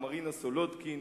מרינה סולודקין,